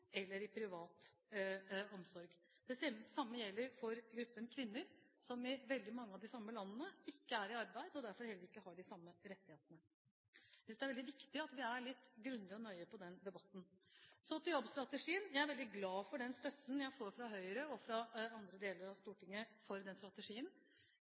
eller i privat omsorg. Det samme gjelder for gruppen kvinner, som i veldig mange av de samme landene ikke er i arbeid, og derfor heller ikke har de samme rettighetene. Jeg synes det er veldig viktig at vi er litt grundig og nøye i den debatten. Så til jobbstrategien: Jeg er veldig glad for den støtten jeg får fra Høyre og fra andre deler av